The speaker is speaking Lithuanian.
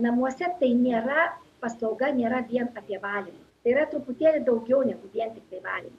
namuose tai nėra paslauga nėra vien apie valymą yra truputėlį daugiau negu vien tiktai valymas